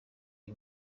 iyi